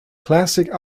classic